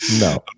No